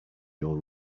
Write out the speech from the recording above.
your